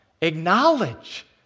acknowledge